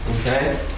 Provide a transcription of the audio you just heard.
Okay